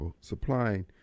supplying